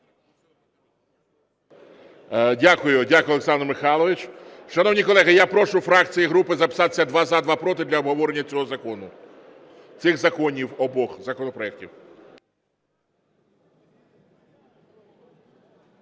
Дякую, Олександр Михайлович. Шановні колеги, я прошу фракції і групи записатися: два – за, два – проти, для обговорення цього закону, цих законів обох, законопроектів.